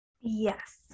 yes